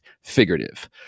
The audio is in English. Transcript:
figurative